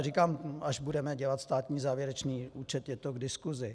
Říkám, až budeme dělat státní závěrečný účet, je to k diskusi.